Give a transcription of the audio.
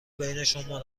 بینشونم